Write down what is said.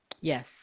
Yes